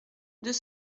deux